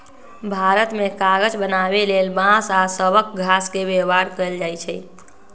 भारत मे कागज बनाबे लेल बांस आ सबइ घास के व्यवहार कएल जाइछइ